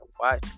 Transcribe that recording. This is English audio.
Watch